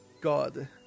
God